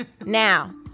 Now